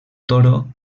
toro